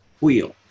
wheel